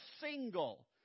single